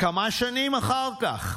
"כמה שנים אחר כך,